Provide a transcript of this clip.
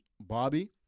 Bobby